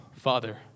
Father